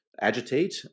agitate